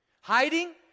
Hiding